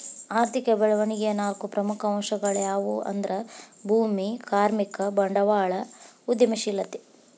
ಆರ್ಥಿಕ ಬೆಳವಣಿಗೆಯ ನಾಲ್ಕು ಪ್ರಮುಖ ಅಂಶಗಳ್ಯಾವು ಅಂದ್ರ ಭೂಮಿ, ಕಾರ್ಮಿಕ, ಬಂಡವಾಳ ಮತ್ತು ಉದ್ಯಮಶೇಲತೆ